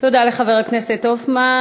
תודה לחבר הכנסת הופמן.